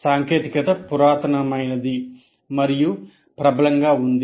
సాంకేతికత పురాతనమైనది మరియు ప్రబలంగా ఉంది